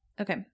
Okay